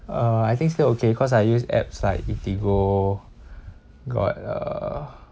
uh I think still okay cause I use apps like eatigo got uh